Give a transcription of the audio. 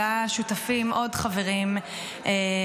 שלה שותפים עוד חברים מהקואליציה,